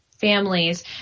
families